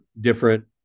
different